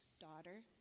daughter